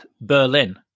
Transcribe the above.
Berlin